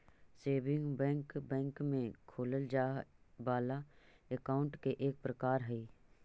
saving bank bank में खोलल जाए वाला अकाउंट के एक प्रकार हइ